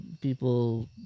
people